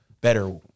better